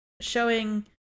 showing